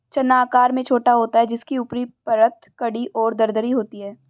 चना आकार में छोटा होता है जिसकी ऊपरी परत कड़ी और दरदरी होती है